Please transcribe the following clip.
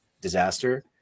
disaster